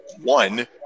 one